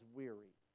weary